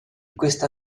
questa